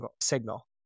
signal